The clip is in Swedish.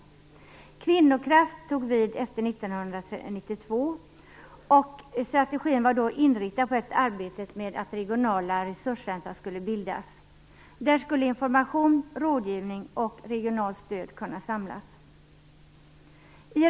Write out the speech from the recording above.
Kvinnokraft tog vid 1992. Strategin var då inriktad på arbetet med att regionala resurscentrum skulle bildas. Där skulle information, rådgivning och regionalt stöd kunna samlas.